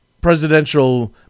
presidential